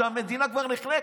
והמדינה כבר נחנקת,